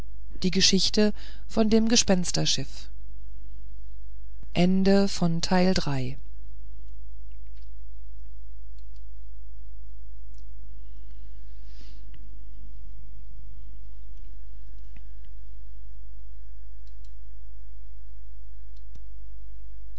die geschichte von dem gespensterschiff